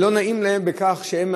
לא נעים להם שבגללם,